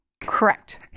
correct